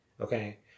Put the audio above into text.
okay